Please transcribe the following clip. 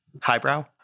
Highbrow